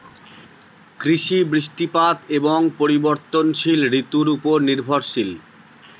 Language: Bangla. কৃষি বৃষ্টিপাত এবং পরিবর্তনশীল ঋতুর উপর নির্ভরশীল